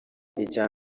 icya